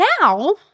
now